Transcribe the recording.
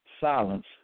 silence